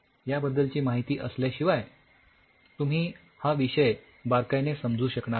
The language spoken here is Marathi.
याबद्दलची माहिती असल्याशिवाय तुम्ही हा विषय बारकाईने समजू शकणार नाही